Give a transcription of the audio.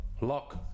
lock